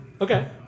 Okay